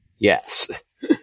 Yes